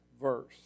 verse